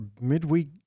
midweek